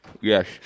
Yes